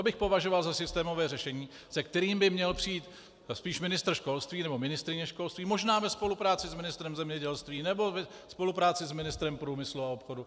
To bych považoval za systémové řešení, se kterým by měl přijít spíš ministr školství nebo ministryně školství, možná ve spolupráci s ministrem zemědělství nebo ve spolupráci s ministrem průmyslu a obchodu.